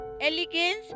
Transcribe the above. elegance